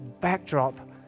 backdrop